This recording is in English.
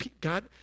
God